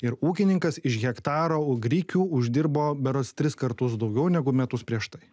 ir ūkininkas iš hektaro grikių uždirbo berods tris kartus daugiau negu metus prieš tai